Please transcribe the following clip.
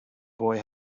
boy